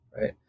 right